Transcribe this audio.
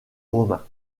romain